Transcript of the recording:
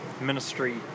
ministry